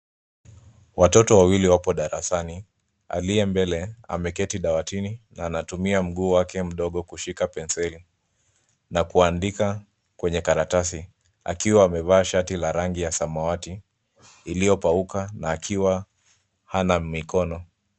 Watoto wawili wapo darasani, aliye mbele ameketi dawatini na anatumia mguu wake mdogo kushika penseli na kuandika kwenye karatasi akiwa amevaa shati la rangi ya samawati iliyopauka na akiwa hana mikono.